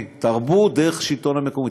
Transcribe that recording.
דרך השלטון המקומי,